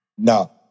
No